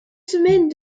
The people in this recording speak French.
semaines